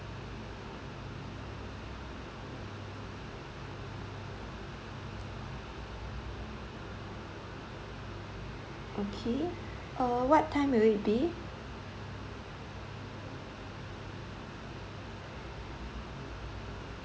okay uh what time will it be